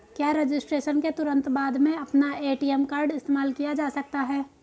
क्या रजिस्ट्रेशन के तुरंत बाद में अपना ए.टी.एम कार्ड इस्तेमाल किया जा सकता है?